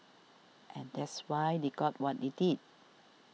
and that's why they got what they did